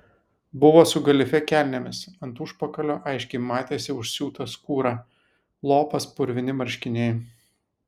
buvo su galifė kelnėmis ant užpakalio aiškiai matėsi užsiūta skūra lopas purvini marškiniai